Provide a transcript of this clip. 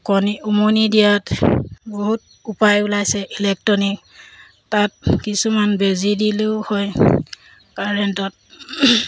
কণী উমনি দিয়াত বহুত উপায় ওলাইছে ইলেক্ট্ৰনিক তাত কিছুমান বেজী দিলেও হয় কাৰেণ্টত